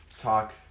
talk